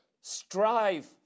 strive